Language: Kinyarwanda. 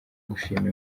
gushima